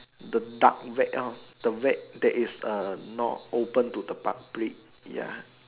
the dark web orh the web that is uh not open to the public ya